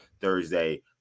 Thursday